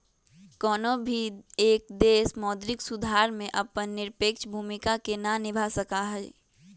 कौनो भी एक देश मौद्रिक सुधार में अपन निरपेक्ष भूमिका के ना निभा सका हई